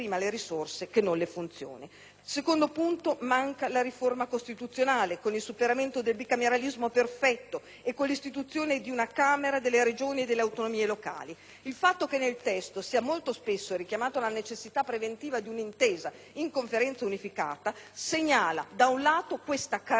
Secondo punto: manca la riforma costituzionale con il superamento del bicameralismo perfetto e l'istituzione di una Camera delle Regioni e delle autonomie locali. Il fatto che nel testo sia molto spesso richiamata la necessità preventiva di un'intesa in Conferenza unificata segnala, da un lato, questa carenza della Camera delle Autonomie, e determina anche un forte svuotamento